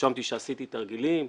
הואשמתי שעשיתי תרגילים,